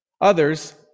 Others